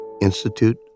Institute